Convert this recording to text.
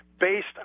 based